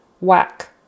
Whack